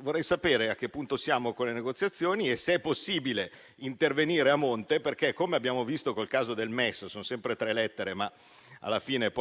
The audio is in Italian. Vorrei sapere a che punto siamo con le negoziazioni e se è possibile intervenire a monte. Come abbiamo visto con il caso del MES - sono sempre tre lettere, ma alla fine